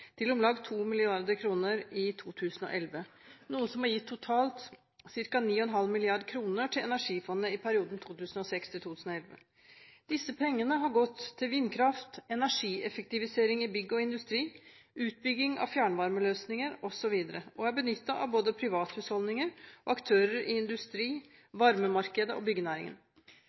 til om lag 2 mrd. kr i 2011, noe som har gitt totalt ca. 9,5 mrd. kr til Energifondet i perioden 2006–2011. Disse pengene har gått til vindkraft, energieffektivisering i bygg og industri, utbygging av fjernvarmeløsninger, osv. og er benyttet av både privathusholdninger og aktører i industri, varmemarkedet og byggenæringen.